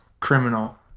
criminal